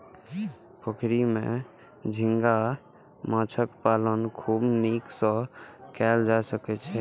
पोखरि मे झींगा माछक पालन खूब नीक सं कैल जा सकैए